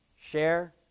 share